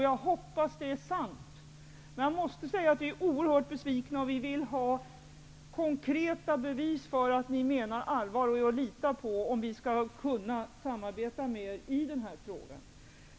Jag hoppas att det är sant, men jag måste säga att vi är oerhört besvikna och att vi vill ha kon kreta bevis för att ni menar allvar, om vi skall kunna samarbeta med er i denna fråga.